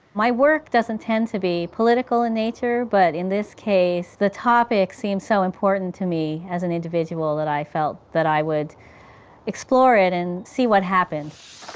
my work doesn't tend to be political in nature, but in this case the topic seemed so important to me as an individual that i felt that i would explore it and see what happened.